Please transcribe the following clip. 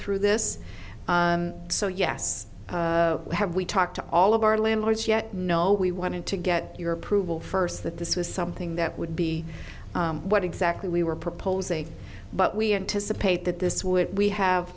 through this so yes we have we talked to all of our landlords yet no we wanted to get your approval first that this was something that would be what exactly we were proposing but we anticipate that this would we have